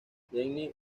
jenny